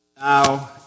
now